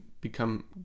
become